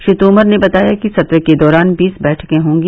श्री तोमर ने बताया कि सत्र के दौरान बीस बैठके होंगी